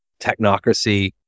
technocracy